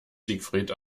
siegfried